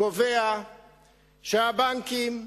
קובע שהבנקים,